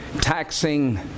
taxing